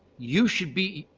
you should be,